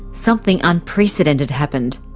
something unprecedented happened.